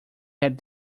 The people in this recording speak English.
had